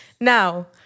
Now